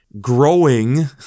growing